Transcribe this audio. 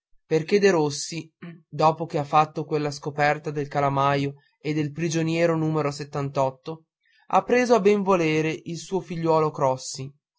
perché derossi dopo che ha fatto quella scoperta del calamaio e del prigioniero numero ha preso a benvolere il suo figliuolo crossi